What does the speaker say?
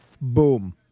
Boom